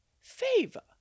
favor